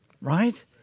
Right